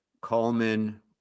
Coleman